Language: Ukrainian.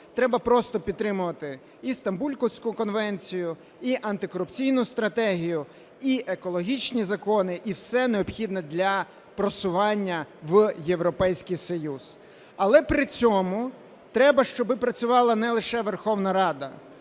треба просто підтримувати і Стамбульську конвенцію, і антикорупційну стратегію, і екологічні закони, і все необхідне для просування в Європейський Союз. Але при цьому треба, щоб працювала не лише Верховна Рада.